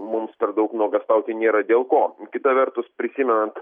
mums per daug nuogąstauti nėra dėl ko kita vertus prisimenant